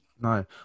No